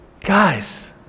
Guys